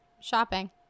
shopping